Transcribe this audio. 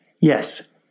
Yes